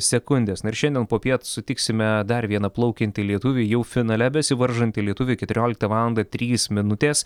sekundės na ir šiandien popiet sutiksime dar vieną plaukiantį lietuvį jau finale besivaržantį lietuvį keturioliktą valandą trys minutės